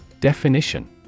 Definition